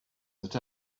that